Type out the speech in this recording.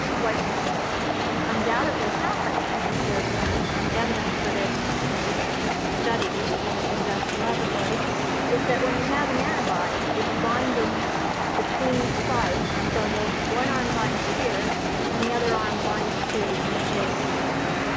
what's undoubtedly happening and there's some evidence for this in studies that have been done in laboratories is that when you have an antibody, it's binding between spikes, so that one arm binds here and the other arm binds to an adjacent spike.